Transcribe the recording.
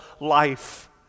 life